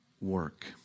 work